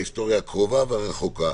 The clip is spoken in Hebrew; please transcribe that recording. בהיסטוריה הקרובה והרחוקה.